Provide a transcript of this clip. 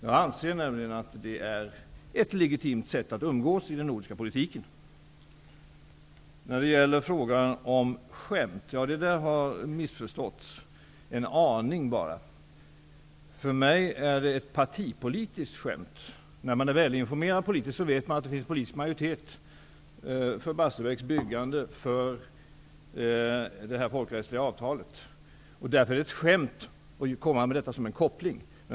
Jag anser nämligen att det är ett legitimt sätt att umgås i den nordiska politiken. När det sedan gäller frågan om skämt har det jag sagt missförståtts en aning. För mig är detta ett partipolitiskt skämt. När man är politiskt välinformerad vet man att det finns en politisk majoritet för Barsebäcks byggande och för detta folkrättsliga avtal. Det är därför ett skämt att tala om en koppling.